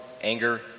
anger